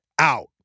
out